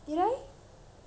you did